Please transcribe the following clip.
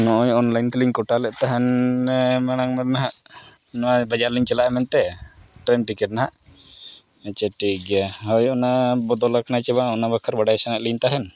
ᱱᱚᱜᱼᱚᱸᱭ ᱚᱱᱞᱟᱭᱤᱱ ᱛᱮᱞᱤᱧ ᱠᱚᱴᱟ ᱞᱮᱫ ᱛᱟᱦᱮᱱ ᱢᱟᱲᱟᱝ ᱫᱚ ᱱᱟᱦᱟᱜ ᱱᱚᱣᱟ ᱵᱟᱡᱟᱨ ᱞᱤᱧ ᱪᱟᱞᱟᱜᱼᱟ ᱢᱮᱱᱛᱮ ᱴᱨᱮᱹᱱ ᱴᱤᱠᱤᱴ ᱱᱟᱦᱟᱜ ᱟᱪᱪᱷᱟ ᱴᱷᱤᱠ ᱜᱮᱭᱟ ᱦᱳᱭ ᱚᱱᱱᱟ ᱵᱚᱫᱚᱞ ᱟᱠᱟᱱᱟ ᱪᱮ ᱵᱟᱝ ᱚᱱᱟ ᱵᱟᱠᱷᱨᱟ ᱵᱟᱰᱟᱭ ᱥᱟᱱᱟᱭᱮᱫ ᱞᱤᱧ ᱛᱟᱦᱮᱱ